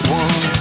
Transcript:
one